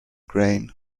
grain